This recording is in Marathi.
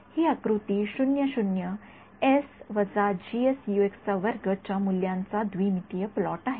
हि आकृती च्या मूल्यांचा द्विमितीय प्लॉट आहे